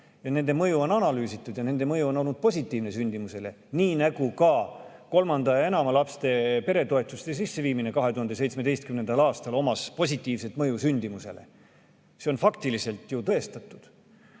on. Nende mõju on analüüsitud ja nende mõju sündimusele on olnud positiivne, nii nagu ka kolmanda ja enama lapse peretoetuste sisseviimine 2017. aastal omas positiivset mõju sündimusele. See on faktiliselt tõestatud.